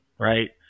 right